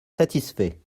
satisfait